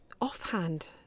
offhand